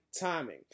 timing